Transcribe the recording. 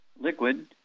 liquid